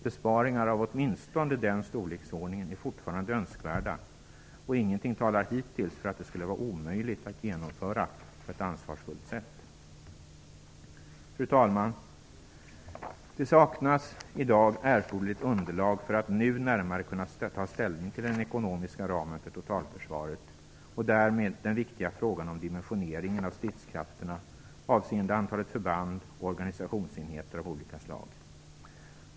Besparingar i åtminstone den storleksordnigen är fortfarande önskvärda, och ingenting talar hittills för att det skulle vara omöjligt att genomföra på ett ansvarsfullt sätt. Fru talman! Det saknas i dag erforderligt underlag för att nu närmare kunna ta ställning till den ekonomiska ramen för totalförsvaret och därmed den viktiga frågan om dimensioneringen av stridskrafterna avseende antalet förband och organisationsenheter av olika slag.